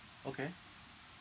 okay